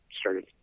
started